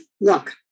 look